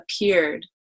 appeared